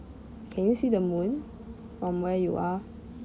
can you see the moon from where you are